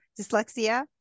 dyslexia